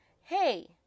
Hey